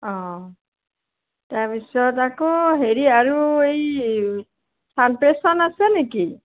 অঁ তাৰপিছত আকৌ হেৰি আৰু এই চানপ্ৰেছন আছে নেকি